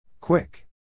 Quick